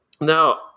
Now